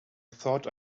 thought